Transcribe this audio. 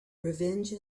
revenge